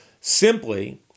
simply